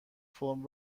فرم